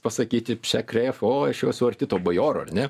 pasakyti pšekref o aš jau esu arti to bajoro ar ne